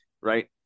right